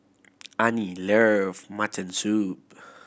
Anie love mutton soup